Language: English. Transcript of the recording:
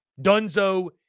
Dunzo